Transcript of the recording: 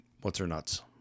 what's-her-nuts